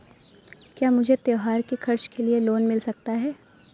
क्या मुझे त्योहार के खर्च के लिए लोन मिल सकता है?